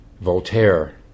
Voltaire